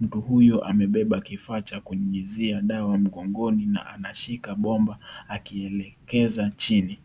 mtu huyu amebeba kifaa cha kunyunyizia dawa mgongoni na anashika bomba akielekeza chini.